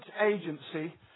agency